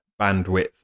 bandwidth